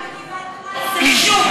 הקיבוצים זה לא שוק,